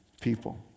people